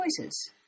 choices